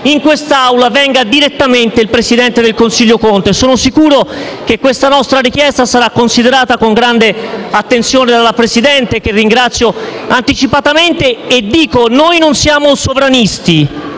in quest'Aula venga direttamente il presidente del Consiglio Conte. Sono sicuro che questa nostra richiesta sarà considerata con grande attenzione dalla Presidenza, che ringrazio anticipatamente. Aggiungo che noi non siamo sovranisti,